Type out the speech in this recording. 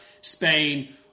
Spain